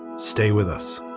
stay with us